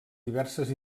diverses